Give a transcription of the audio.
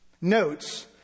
Notes